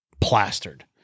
plastered